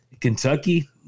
Kentucky